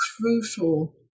crucial